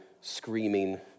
screaming